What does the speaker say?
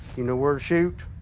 you know where to shoot?